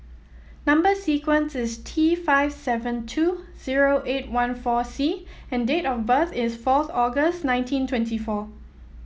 number sequence is T five seven two zero eight one four C and date of birth is fourth August nineteen twenty four